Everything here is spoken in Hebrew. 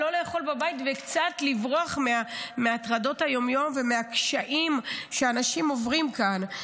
לא לאכול בבית וקצת לברוח מטרדות היום-יום ומהקשיים שאנשים עוברים כאן.